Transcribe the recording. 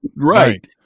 right